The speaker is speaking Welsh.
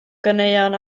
ganeuon